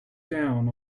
down